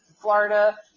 Florida